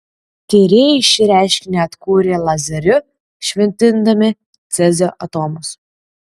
tyrėjai šį reiškinį atkūrė lazeriu švitindami cezio atomus